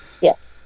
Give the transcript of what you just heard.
yes